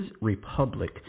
Republic